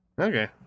Okay